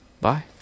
bye